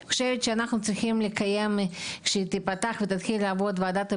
אני חושבת שאנחנו צריכים כשתיפתח ותתחיל לעבוד ועדת הבריאות,